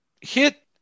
hit